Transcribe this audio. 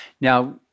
Now